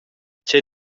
tgei